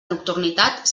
nocturnitat